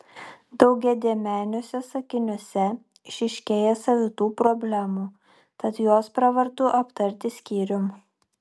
daugiadėmeniuose sakiniuose išryškėja savitų problemų tad juos pravartu aptarti skyrium